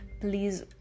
please